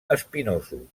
espinosos